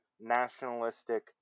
nationalistic